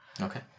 Okay